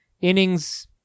innings